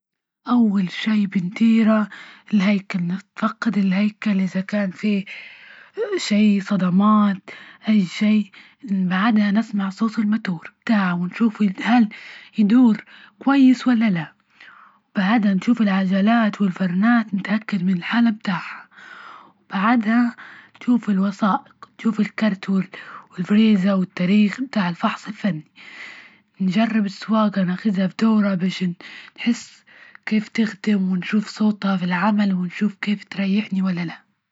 أول شي نتفقد الهيكل إذا كان في شي صدمات أي شي، بعدها نسمع صوت المتور بتاعها ونشوف هل يدور كويس ولا لا، وبعدها نشوف العجلات والفرنات نتأكد من الحالة بتاعها، بعدها تشوف الوثائق، تشوف الكارت و-والفريزة وتاريخ بتاع الفحص الفني، جرب السواجة ناخدها بدورة باش نحس كيف تختم ونشوف صزتها في العمل ونشوف كيف تريحني ولا لا.